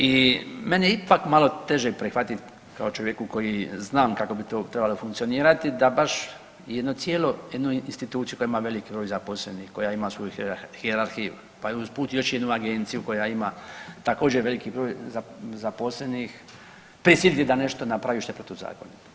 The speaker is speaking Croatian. I meni je ipak malo teže prihvatiti kao čovjeku koji znam kako bi to trebalo funkcionirati da baš jedno cijelo, jednu instituciju koja ima veliki broj zaposlenih, koja ima svoju hijerarhiju pa usput i još jednu agenciju koja ima također veliki broj zaposlenih prisiliti da nešto napravi što je protuzakonito.